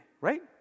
right